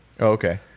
okay